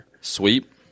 Sweep